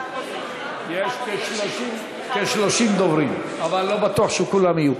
יש כ-30 דוברים, אבל לא בטוח שכולם יהיו.